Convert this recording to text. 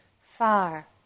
far